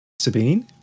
Sabine